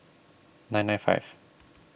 nine nine five